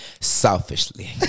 Selfishly